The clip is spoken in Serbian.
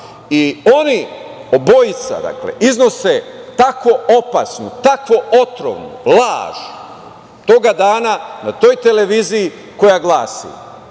Oni, obojica dakle, iznose tako opasnu, tako otrovnu laž, toga dana na toj televiziji koja glasi